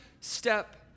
step